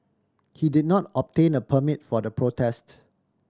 he did not obtain a permit for the protests